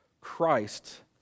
Christ